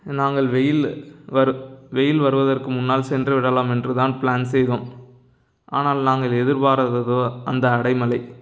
நாங்கள் வெயில் வரு வெயில் வருவதற்கு முன்னால் சென்றுவிடலாம் என்றுதான் ப்ளான் செய்தோம் ஆனால் நாங்கள் எதிர்பாராததோ அந்த அடைமழை